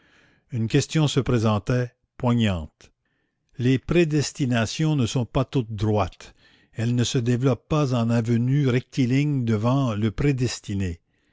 une question se présentait poignante les prédestinations ne sont pas toutes droites elles ne se développent pas en avenue rectiligne devant le prédestiné